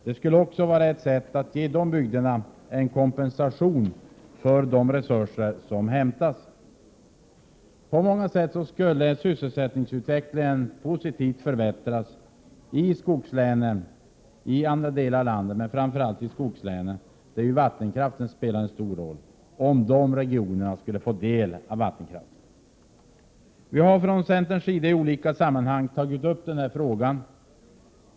Det skulle också vara ett sätt att ge de bygderna en kompensation för de resurser som hämtas där. På många sätt skulle sysselsättningsutvecklingen positivt förbättras i olika delar av landet men framför allt i skogslänen, där ju vattenkraften spelar en stor roll, om de regionerna fick del av vinsterna från vattenkraften. Vi har från centerns sida i olika sammanhang tagit upp den här frågan.